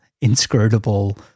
inscrutable